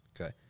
Okay